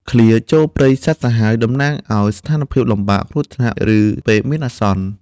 ឃ្លា «ចូលព្រៃសត្វសាហាវ» តំណាងឱ្យស្ថានភាពលំបាក គ្រោះថ្នាក់ ឬពេលមានអាសន្ន។